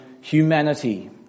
humanity